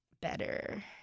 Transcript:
better